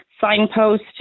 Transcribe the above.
signpost